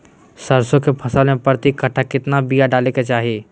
सरसों के फसल में प्रति कट्ठा कितना बिया डाले के चाही?